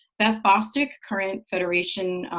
beth bostic, current federation